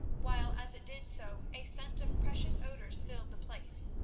while, as it did so, a scent of precious odours filled the place.